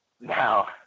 now